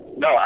No